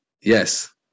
yes